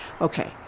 Okay